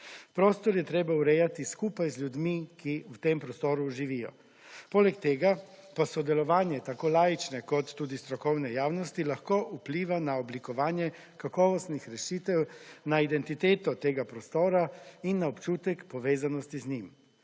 Prostor je treba urejati skupaj z ljudmi, ki v tem prostoru živijo. Poleg tega pa sodelovanje tako laične kot tudi strokovne javnosti lahko vpliva na oblikovanje kakovostnih rešitev na identiteto tega prostora in na občutek povezanosti z njim.